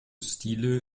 stile